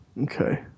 Okay